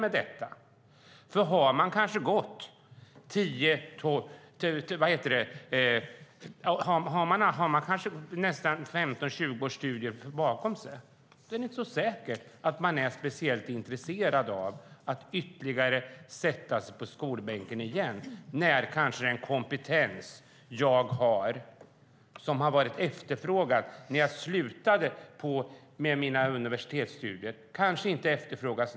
Om man har kanske 15 eller 20 års studier bakom sig är det inte så säkert att man är speciellt intresserad av att sätta sig i skolbänken igen när den kompetens man har och som en gång var efterfrågad inte längre efterfrågas.